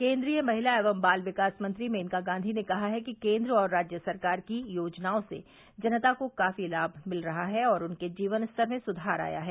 केन्द्रीय महिला एवं बाल विकास मंत्री मेनका गांधी ने कहा है कि केन्द्र और राज्य सरकार की योजनाओं से जनता को काफी लाम मिल रहा है और उनके जीवन स्तर में सुधार आया है